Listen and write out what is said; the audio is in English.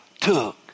took